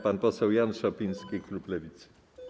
Pan poseł Jan Szopiński, klub Lewicy.